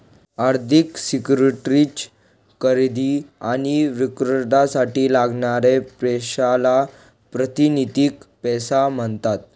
आर्थिक सिक्युरिटीज खरेदी आणि विक्रीसाठी लागणाऱ्या पैशाला प्रातिनिधिक पैसा म्हणतात